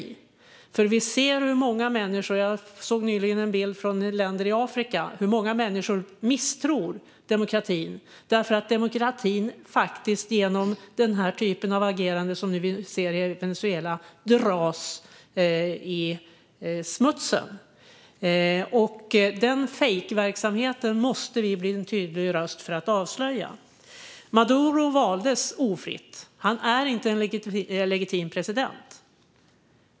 Jag har nyligen erfarit att många människor i länder i Afrika misstror demokratin därför att demokratin dras i smutsen genom agerande av den typ som vi nu ser i Venezuela. Den fejkverksamheten måste vi bli en tydlig röst för att avslöja. Maduro valdes ofritt. Han är inte en legitim president.